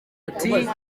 ati